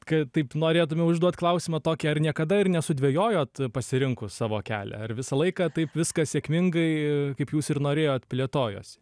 kai taip norėtume užduoti klausimą tokį ar niekada ir nesudvejojot pasirinkus savo kelią ar visą laiką taip viskas sėkmingai kaip jūs ir norėjot plėtojosi